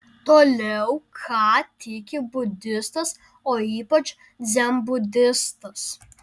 toliau ką tiki budistas o ypač dzenbudistas